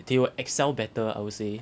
they will excel better I would say